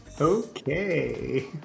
Okay